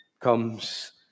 comes